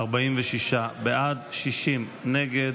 46 בעד, 60 נגד.